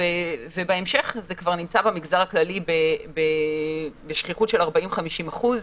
ובהמשך זה כבר נמצא במגזר הכללי בשכיחות של 50-40 אחוז,